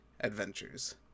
adventures